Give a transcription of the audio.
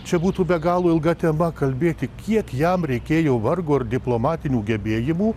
čia būtų be galo ilga tema kalbėti kiek jam reikėjo vargo ir diplomatinių gebėjimų